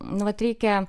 nu vat reikia